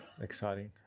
exciting